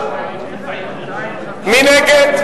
מי נגד?